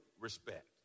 respect